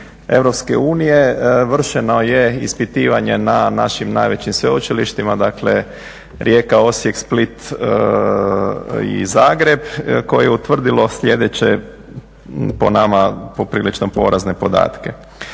Europske unije vršeno je ispitivanje na našim najvećim sveučilištima, dakle Rijeka, Osijek, Split i Zagreb, koje je utvrdilo sljedeće po nama poprilično porazne podatke.